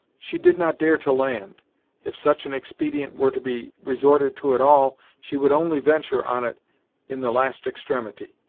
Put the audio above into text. she did not dare to land if such an expedient were to be resorted to at all, she could only venture on it in the last extremity.